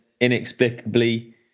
inexplicably